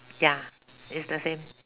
ya it's the same